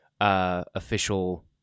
official